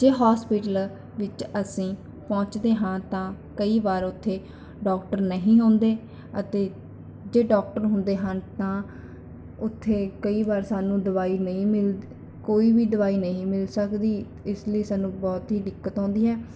ਜੇ ਹੋਸਪਿਟਲ ਵਿੱਚ ਅਸੀਂ ਪਹੁੰਚਦੇ ਹਾਂ ਤਾਂ ਕਈ ਵਾਰ ਉੱਥੇ ਡਾਕਟਰ ਨਹੀਂ ਹੁੰਦੇ ਅਤੇ ਜੇ ਡਾਕਟਰ ਹੁੰਦੇ ਹਨ ਤਾਂ ਉੱਥੇ ਕਈ ਵਾਰ ਸਾਨੂੰ ਦਵਾਈ ਨਹੀਂ ਮਿਲ ਕੋਈ ਵੀ ਦਵਾਈ ਨਹੀਂ ਮਿਲ ਸਕਦੀ ਇਸ ਲਈ ਸਾਨੂੰ ਬਹੁਤ ਹੀ ਦਿੱਕਤ ਆਉਂਦੀ ਹੈ